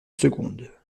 seconde